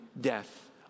death